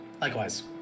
Likewise